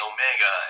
Omega